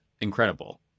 incredible